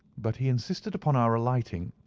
but he insisted upon our alighting,